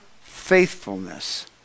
faithfulness